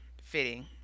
fitting